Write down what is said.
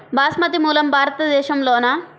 బాస్మతి మూలం భారతదేశంలోనా?